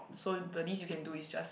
so the least you can do is just